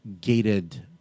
gated